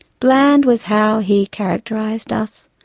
bland was how he characterised us,